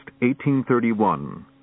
1831